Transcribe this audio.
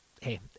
Hey